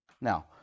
now